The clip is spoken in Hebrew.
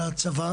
לצבא